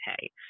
hey